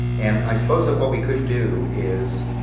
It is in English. and i suppose that what we could do is